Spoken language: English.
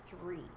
three